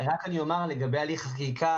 אני רק רוצה לומר משהו על הליך החקיקה.